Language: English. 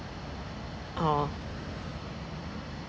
(uh huh)